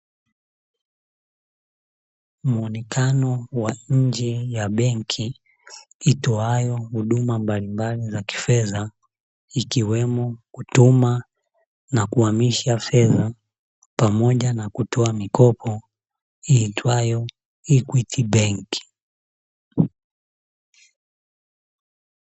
Muonekano wa nje ya benki itoayo huduma mbalimbali za kifedha, ikiwemo kutuma na kuhamisha fedha, pamoja na kutoa mikopo iitwayo "equity bank".